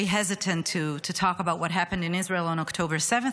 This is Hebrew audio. hesitant to talk about what happen in Israel on October 7th,